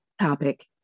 topic